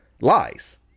lies